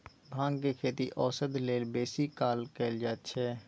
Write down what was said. भांगक खेती औषध लेल बेसी काल कएल जाइत छै